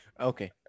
Okay